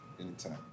Anytime